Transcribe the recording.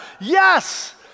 Yes